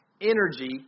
energy